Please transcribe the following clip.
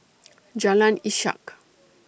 Jalan Ishak